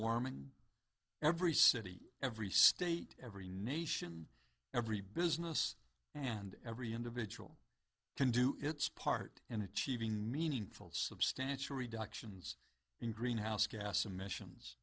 warming and every city every state every nation every business and every individual can do its part in achieving meaningful substantial reductions in greenhouse gas emissions